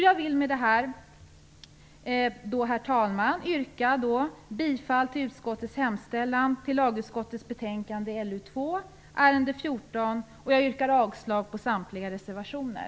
Jag vill med detta, herr talman, yrka bifall till hemställan i lagutskottets betänkande LU2, ärende 14. Jag yrkar avslag på samtliga reservationer.